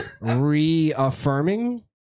reaffirming